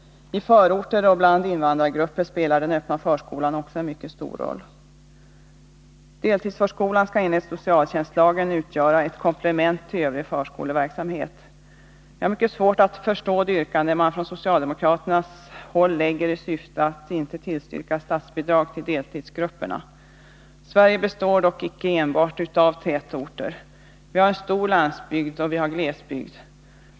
I förorter och bland invandrargrupper spelar den öppna förskolan också en mycket stor roll. Deltidsförskolan skall, enligt socialtjänstlagen, utgöra ett komplement till övrig förskoleverksamhet. Jag har mycket svårt att förstå de yrkanden man från socialdemokraternas håll lägger fram därför att man inte vill tillstyrka statsbidrag till deltidsgrupperna. Sverige består dock inte enbart utav tätorter. Vi har en stor landsbygd, och vi har glesbygd.